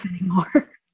anymore